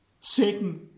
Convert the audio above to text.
Satan